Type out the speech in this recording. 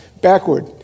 backward